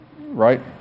Right